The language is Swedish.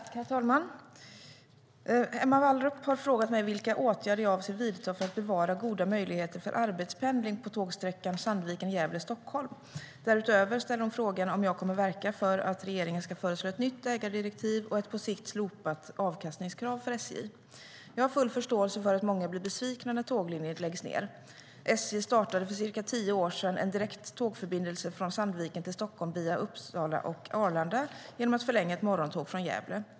Herr talman! Emma Wallrup har frågat mig vilka åtgärder jag avser att vidta för att bevara goda möjligheter för arbetspendling på tågsträckan Sandviken-Gävle-Stockholm. Därutöver ställer hon frågan om jag kommer att verka för att regeringen ska föreslå ett nytt ägardirektiv och ett på sikt slopat avkastningskrav för SJ.Jag har full förståelse för att många blir besvikna när tåglinjer läggs ned. SJ startade för cirka tio år sedan en direkt tågförbindelse från Sandviken till Stockholm via Uppsala och Arlanda genom att förlänga ett morgontåg från Gävle.